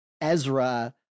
Ezra